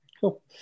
Cool